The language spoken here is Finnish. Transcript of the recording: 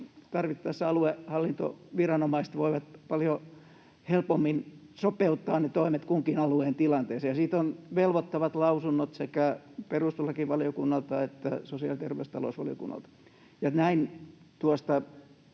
tarvittaessa aluehallintoviranomaiset voivat paljon helpommin sopeuttaa ne toimet kunkin alueen tilanteeseen, ja siitä on velvoittavat lausunnot sekä perustuslakivaliokunnalta että sosiaali- ja terveys- ja talousvaliokunnalta.